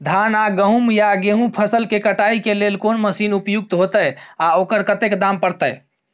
धान आ गहूम या गेहूं फसल के कटाई के लेल कोन मसीन उपयुक्त होतै आ ओकर कतेक दाम परतै?